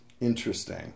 Interesting